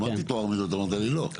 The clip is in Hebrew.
אמרתי טוהר מידות אבל אמרת לי לא.